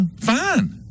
fine